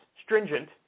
stringent